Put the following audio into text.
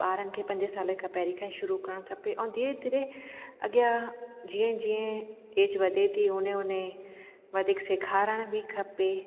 ॿारनि खे पंजे साले खां पहिरीं खां ई शुरू करणु खपे ऐं धीरे धीरे अॻियां जीअं जीअं एज वधे थी हुने हुने वधीक सेखारण बि खपे